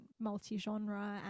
multi-genre